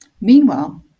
Meanwhile